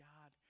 God